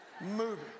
movie